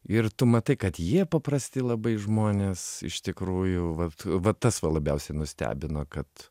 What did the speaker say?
ir tu matai kad jie paprasti labai žmonės iš tikrųjų vat va tas va labiausiai nustebino kad